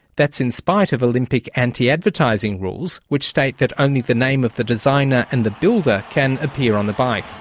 that's in spite of olympic anti-advertising rules, which state that only the name of the designer and the builder can appear on the bike.